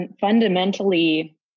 fundamentally